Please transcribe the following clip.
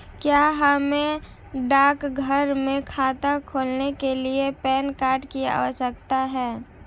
क्या हमें डाकघर में खाता खोलने के लिए पैन कार्ड की आवश्यकता है?